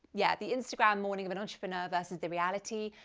yeah, the instagram morning of an entrepreneur versus the reality.